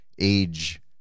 age